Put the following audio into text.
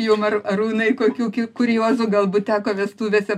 jum aru arūnai kokių ku kuriozų galbūt teko vestuvėse